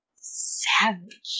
Savage